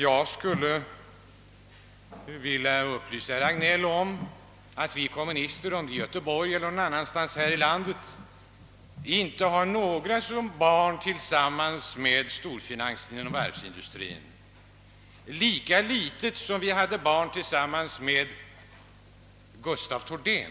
Jag kan upplysa herr Hagnell om att vi kommunister varken i Göteborg eller någon annanstans i landet har några barn tillsammans med storfinansen inom varvsindustrin, lika litet som vi hade barn tillsammans med Gustaf Thordén.